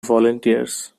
volunteers